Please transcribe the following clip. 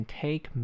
take